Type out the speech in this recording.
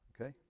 okay